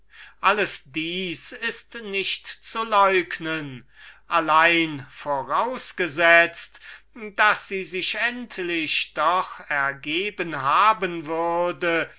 alles das ist nicht zu leugnen allein vorausgesetzt daß sie sich endlich doch ergeben haben würde